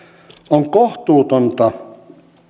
on kohtuutonta